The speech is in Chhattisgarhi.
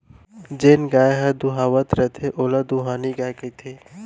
जेन गाय ह दुहावत रथे ओला दुहानी गाय कथें